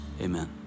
Amen